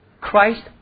Christ